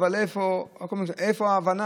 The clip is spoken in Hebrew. איפה ההבנה?